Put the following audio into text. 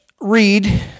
read